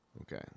Okay